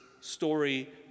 story